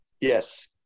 Yes